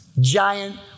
Giant